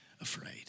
afraid